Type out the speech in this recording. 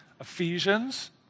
Ephesians